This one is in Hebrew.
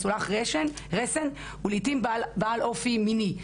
משולח רסן ולעיתים בעל אופי מיני.